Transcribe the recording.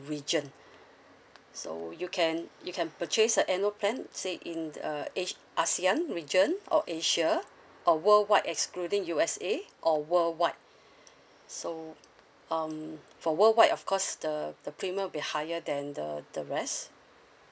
region so you can you can purchase a annual plan say in asi~ asean region or asia or worldwide excluding U_S_A or worldwide so um for worldwide of course the the premium will be higher than the the rest